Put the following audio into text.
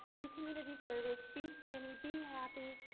do community service, be skinny, be happy.